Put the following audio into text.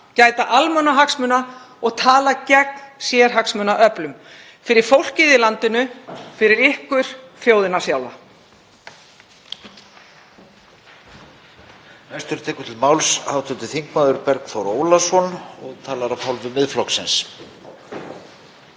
Gæta almannahagsmuna og tala gegn sérhagsmunaöflum fyrir fólkið í landinu fyrir ykkur, þjóðina sjálfa.